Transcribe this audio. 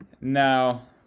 Now